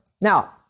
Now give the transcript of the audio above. Now